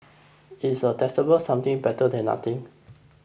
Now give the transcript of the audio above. is a taxable something better than nothing